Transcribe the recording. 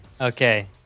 okay